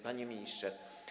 Panie Ministrze!